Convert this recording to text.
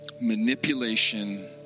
manipulation